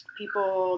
people